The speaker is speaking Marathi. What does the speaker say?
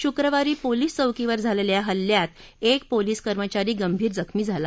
शुक्रवारी पोलीस चौकीवर झालेल्या या हल्ल्यात एक पोलीस कर्मचारी गंभीर जखमी झाला